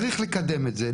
צריך לקדם את זה.